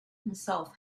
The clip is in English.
himself